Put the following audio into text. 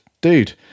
dude